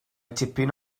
tipyn